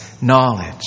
knowledge